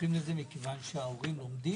זוכים לזה, מכיוון שההורים לומדים?